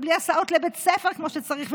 בלי הסעות לבית ספר כמו שצריך,